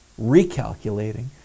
recalculating